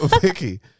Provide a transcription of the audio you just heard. Vicky